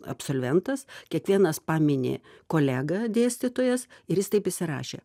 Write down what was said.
absolventas kiekvienas pamini kolegą dėstytojas ir jis taip įsirašė